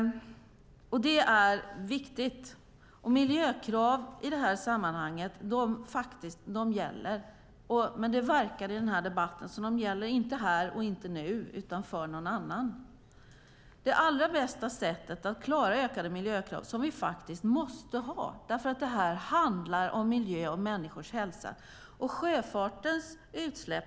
Det är viktigt. Miljökrav i detta sammanhang gäller faktiskt, men det verkar i denna debatt som att de inte gäller här och nu, utan de gäller för någon annan. Det handlar om det allra bästa sättet att klara ökade miljökrav, vilket vi faktiskt måste ha eftersom detta handlar om miljö och människors hälsa.